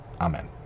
Amen